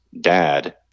dad